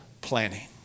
planning